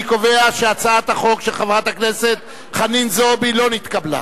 אני קובע שהצעת החוק של חברת הכנסת חנין זועבי לא נתקבלה.